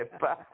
bye